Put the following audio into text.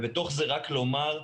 בתוך זה רק לומר,